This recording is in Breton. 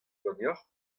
ganeocʼh